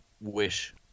wish